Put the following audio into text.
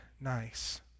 nice